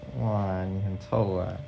!wah! 你很臭啊